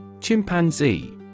Chimpanzee